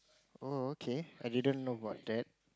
oh okay I didn't know about that